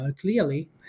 clearly